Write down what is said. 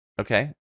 Okay